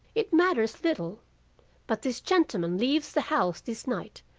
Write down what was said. it matters little but this gentleman leaves the house this night,